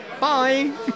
Bye